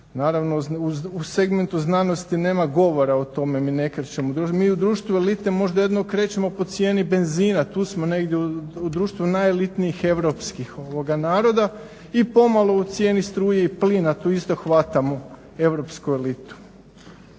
Naravno u segmentu znanosti nema govora o tome. Mi ne krećemo. Mi u društvu elite možda jedino krećemo po cijeni benzina tu smo negdje u društvu najelitnijih europskih naroda i pomalo u cijeni struje i plina. Tu isto hvatamo europsku elitu.